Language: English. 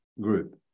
group